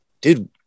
dude